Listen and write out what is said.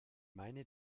meine